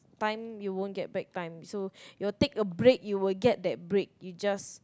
time you wont get back time so your take a break you will get that break you just